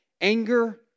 anger